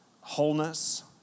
wholeness